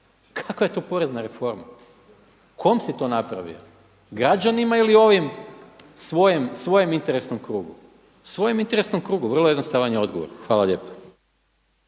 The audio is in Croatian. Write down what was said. Kakva je to porezna reforma? Kom si to napravio? Građanima ili ovim svojem interesnom krugu, svojem interesnom krugu, vrlo jednostavan je odgovor. Hvala lijepa.